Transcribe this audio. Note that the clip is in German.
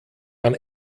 man